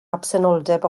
absenoldeb